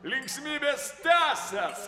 linksmybės tęsias